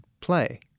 play